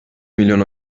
milyon